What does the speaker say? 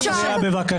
חברת הכנסת רייטן.